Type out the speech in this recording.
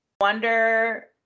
wonder